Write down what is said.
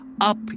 up